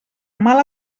mal